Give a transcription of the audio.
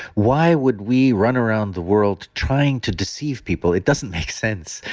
why would we run around the world trying to deceive people? it doesn't make sense.